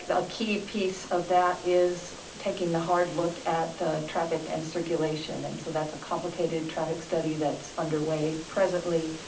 a key piece of that is taking the hard look at the traffic and circulation. and so that's a complicated traffic study that's underway presently,